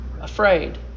Afraid